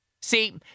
See